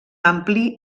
ampli